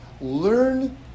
learn